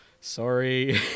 sorry